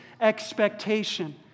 expectation